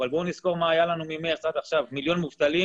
אבל בואו נזכור מה היה לנו ממרץ עד עכשיו מיליון מובטלים,